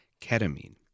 ketamine